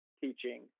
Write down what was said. teaching